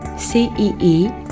CEE